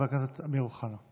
ועמידה במקום זה להידרדר